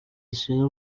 zishinzwe